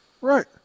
Right